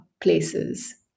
places